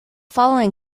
following